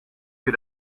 que